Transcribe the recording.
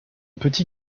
petit